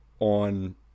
On